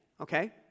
okay